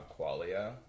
qualia